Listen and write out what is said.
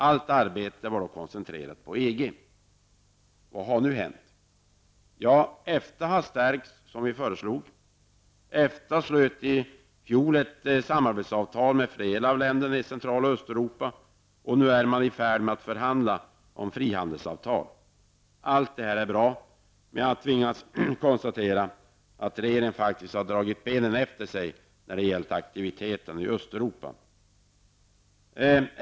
Allt arbete skulle koncentreras på Vad har nu hänt? EFTA har stärkts, såsom vi föreslog. I fjol beslöt EFTA om ett samarbetsavtal med flera av länderna i Central och Östeuropa. Nu är man i färd med att förhandla om frihandelsavtal. Allt detta är bra, men jag tvingas konstatera att regeringen faktiskt har dragit benen efter sig när det gällt aktiviteterna i Östeuropa.